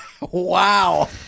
Wow